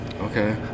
Okay